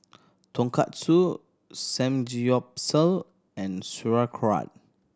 Tonkatsu Samgyeopsal and Sauerkraut